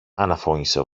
αναφώνησε